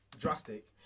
drastic